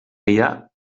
ella